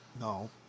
No